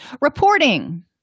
Reporting